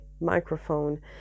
microphone